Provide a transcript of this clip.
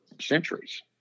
centuries